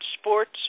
sports